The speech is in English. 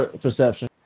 Perception